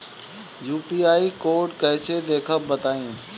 UPI code कैसे देखब बताई?